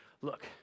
look